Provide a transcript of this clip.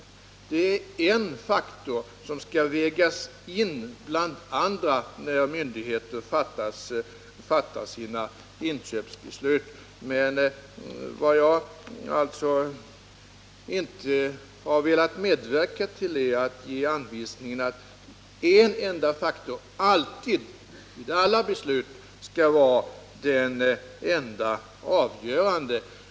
Blyet är en faktor som skall vägas in bland andra när myndigheterna fattar sina inköpsbeslut. Vad jag alltså inte vill medverka till är att ge anvisningen att en enda faktor vid alla beslut skall vara den enda avgörande.